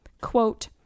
Quote